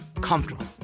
comfortable